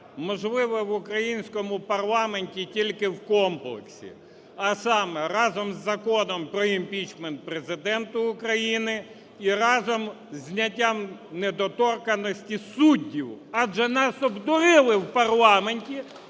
можливе в українському парламенті тільки в комплексі. А саме, разом з Законом про імпічмент Президента України і разом зі зняттям недоторканності суддів. Адже нас обдурили в парламенті,